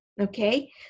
okay